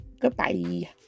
Goodbye